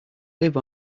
live